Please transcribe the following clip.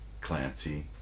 Clancy